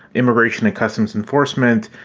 immigration and customs enforcement.